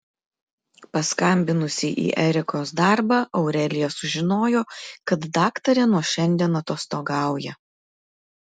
paskambinusi į erikos darbą aurelija sužinojo kad daktarė nuo šiandien atostogauja